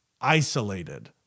isolated